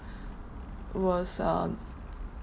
was um